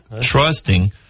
trusting